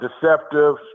deceptive